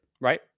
right